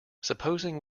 supposing